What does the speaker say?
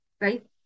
right